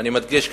אני מדגיש,